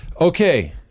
okay